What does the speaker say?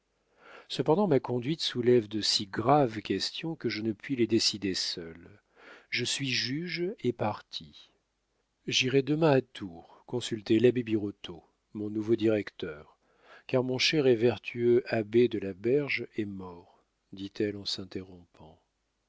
cependant ma conduite soulève de si graves questions que je ne puis les décider seule je suis juge et partie j'irai demain à tours consulter l'abbé birotteau mon nouveau directeur car mon cher et vertueux abbé de la berge est mort dit-elle en s'interrompant